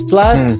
Plus